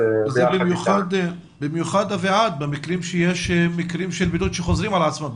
במיוחד שיש מקרי בידוד שחוזרים על עצמם.